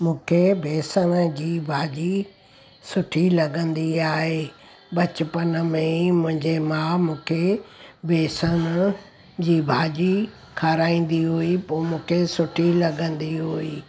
मूंखे बेसण जी भाॼी सुठी लॻंदी आहे बचपन में ई मुंहिंजी माउ मूंखे बेसण जी भाॼी खाराईंदी हुई पोइ मूंखे सुठी लॻंदी हुई